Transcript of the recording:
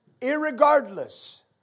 Irregardless